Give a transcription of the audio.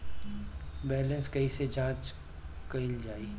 Balance कइसे जांच कइल जाइ?